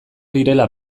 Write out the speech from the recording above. direla